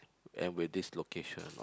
and will this location